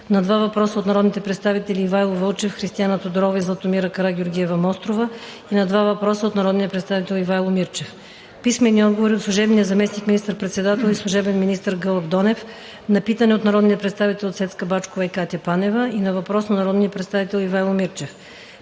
на два въпроса от народните представители Ивайло Вълчев, Християна Тодорова и Златомира Карагеоргиева-Мострова и на два въпроса от народния представител Ивайло Мирчев; - служебния заместник министър-председател и служебен министър Гълъб Донев на питане от народния представител Цецка Бачова и Катя Панева и на въпрос от народния представител Ивайло Мирчев;